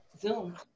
Zoom